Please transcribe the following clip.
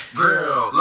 girl